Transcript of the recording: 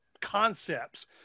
concepts